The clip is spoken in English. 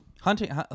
Hunting